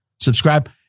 Subscribe